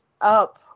up